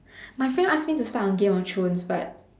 my friend ask me to start on game of Thrones but